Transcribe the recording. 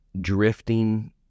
drifting